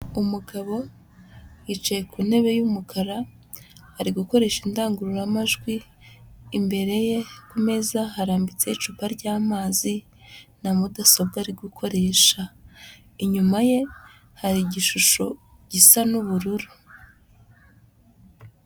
Umugabo yicaye ku ntebe y'umukara, ari gukoresha indangururamajwi, imbere ye ku meza harambitseho icupa ry'amazi na mudasobwa ari gukoresha. Inyuma ye, hari igishusho gisa n'ubururu.